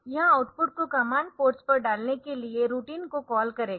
यह आउटपुट को command ports पर डालने के लिए रूटीन को कॉल करेगा